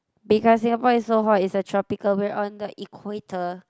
because Singapore is so hot is a tropical we're on the equator